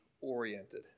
oriented